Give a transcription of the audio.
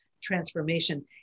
transformation